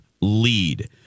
Lead